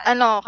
Ano